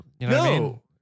no